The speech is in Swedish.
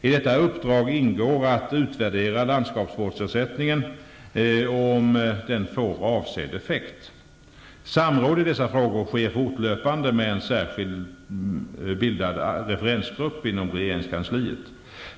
I detta uppdrag ingår att utvärdera landskapsvårdsersättningen och om den får avsedd effekt. Samråd i dessa frågor sker fortlöpande med en särskilt bildad referensgrupp inom regeringskansliet.